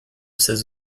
ses